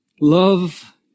love